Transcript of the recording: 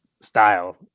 style